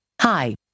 Hi